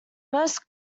most